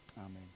amen